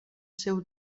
seu